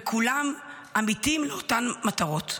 וכולם עמיתים לאותן מטרות.